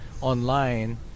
online